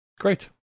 Great